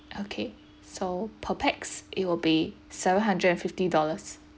okay so per pax it will be seven hundred and fifty dollars